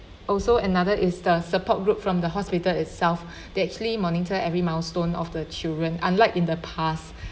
also another is the support group from the hospital itself they actually monitor every milestone of the children unlike in the past